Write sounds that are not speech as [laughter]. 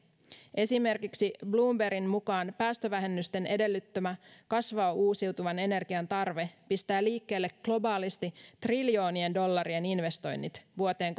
esimerkiksi bloombergin mukaan päästövähennysten edellyttämä kasvava uusiutuvan energian tarve pistää liikkeelle globaalisti triljoonien dollarien investoinnit vuoteen [unintelligible]